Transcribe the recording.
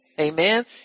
Amen